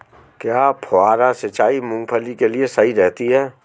क्या फुहारा सिंचाई मूंगफली के लिए सही रहती है?